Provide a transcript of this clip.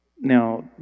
Now